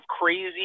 crazy